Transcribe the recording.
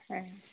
ᱦᱮᱸ